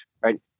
Right